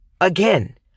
again